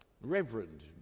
reverend